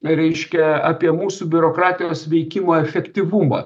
reiškia apie mūsų biurokratijos veikimo efektyvumą